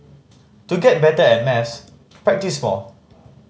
to get better at maths practise more